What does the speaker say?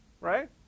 right